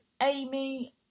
Amy